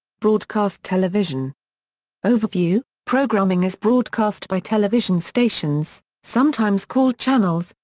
broadcast television overview programming is broadcast by television stations, sometimes called channels,